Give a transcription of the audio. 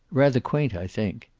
rather quaint, i think.